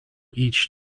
each